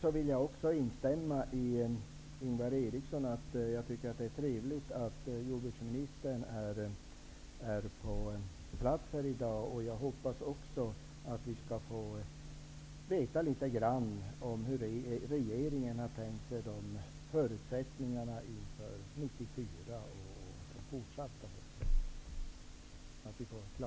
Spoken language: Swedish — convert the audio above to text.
Jag vill till sist instämma i Ingvar Erikssons påpekande att det är trevligt att jordbruksministern är på plats här i dag. Jag hoppas att vi skall få veta litet grand om hur regeringen har tänkt sig förutsättningarna inför 1994.